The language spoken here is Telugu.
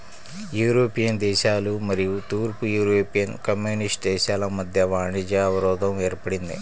యూరోపియన్ దేశాలు మరియు తూర్పు యూరోపియన్ కమ్యూనిస్ట్ దేశాల మధ్య వాణిజ్య అవరోధం ఏర్పడింది